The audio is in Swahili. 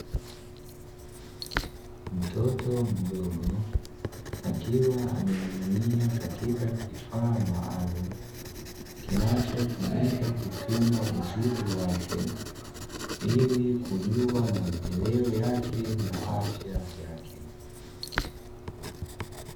Mtoto mdogo akiwa amening’inia katika kifaa maalumu, kinachotumika kupima uzito wake; ili kujua maendeleo yake na afya yake.